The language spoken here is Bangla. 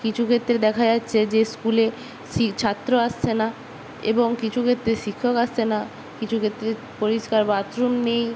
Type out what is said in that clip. কিছু ক্ষেত্রে দেখা যাচ্ছে যে স্কুলে শি ছাত্র আসছে না এবং কিছু ক্ষেত্রে শিক্ষক আসছে না কিছু ক্ষেত্রে পরিষ্কার বাথরুম নেই